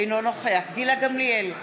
אינו נוכח גילה גמליאל,